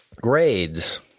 grades